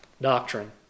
doctrine